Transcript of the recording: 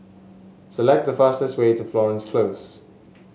select the fastest way to Florence Close